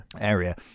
area